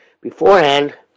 Beforehand